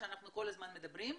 שאנחנו כל הזמן מדברים עליהן,